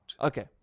okay